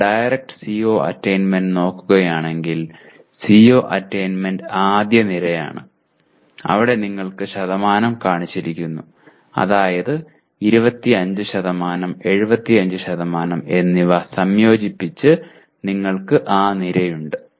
നിങ്ങൾ direct CO attainment നോക്കുകയാണെങ്കിൽ CO attainment ആദ്യ നിരയാണ് അവിടെ നിങ്ങൾക്ക് ശതമാനം കാണിച്ചിരിക്കുന്നു അതായത് 25 75 എന്നിവ സംയോജിപ്പിച്ച് നിങ്ങൾക്ക് ആ നിരയുണ്ട്